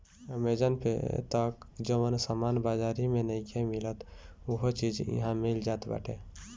Amazon पे तअ जवन सामान बाजारी में नइखे मिलत उहो चीज इहा मिल जात बाटे